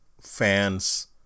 fans